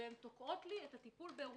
וזה תוקע את הטיפול.